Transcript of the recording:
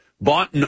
bought